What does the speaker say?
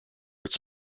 its